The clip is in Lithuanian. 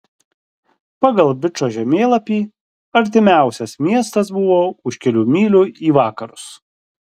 pagal bičo žemėlapį artimiausias miestas buvo už kelių mylių į vakarus